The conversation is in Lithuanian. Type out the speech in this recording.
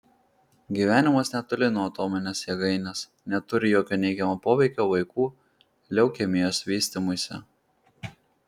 gyvenimas netoli nuo atominės jėgainės neturi jokio neigiamo poveikio vaikų leukemijos vystymuisi